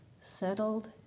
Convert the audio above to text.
settled